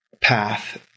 path